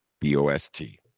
B-O-S-T